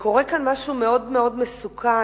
קורה כאן משהו מאוד מאוד מסוכן,